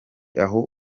aho